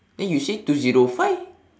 then you say two zero five